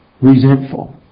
resentful